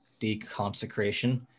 deconsecration